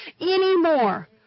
anymore